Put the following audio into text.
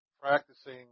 practicing